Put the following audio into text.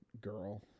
girl